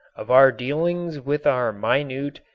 of our dealings with our minute,